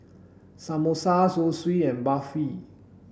samosa Zosui and Barfi